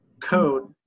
code